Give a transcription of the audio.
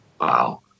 Wow